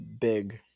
big